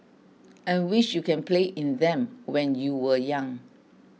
and wish you can play in them when you were young